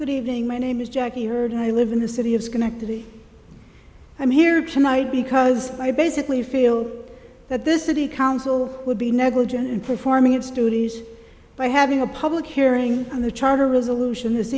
good evening my name is jackie herd i live in the city of schenectady i'm here tonight because i basically feel that this city council would be negligent in performing its duty by having a public hearing on the charter resolution this